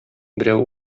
берәү